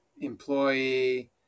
employee